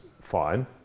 fine